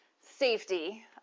safety